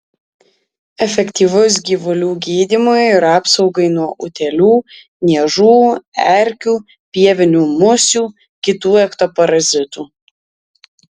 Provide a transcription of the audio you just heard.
efektyvus gyvulių gydymui ir apsaugai nuo utėlių niežų erkių pievinių musių kitų ektoparazitų